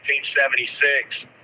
1976